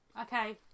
Okay